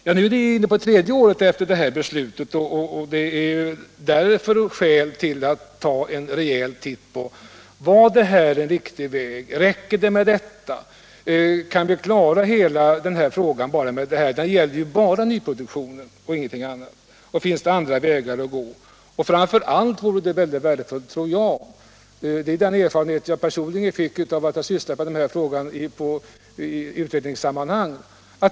Vi är nu inne på tredje året sedan beslutet fattades. Det finns därför skäl att ta en rejäl titt på resultatet. Var det här en riktig väg? Räcker detta? Har vi löst hela problemet i och med det? Beslutet 1974 gällde ju bara nyproduktionen och ingenting annat. Finns det andra vägar att gå? Jag har personligen sysslat med den här frågan i utredningssammanhang.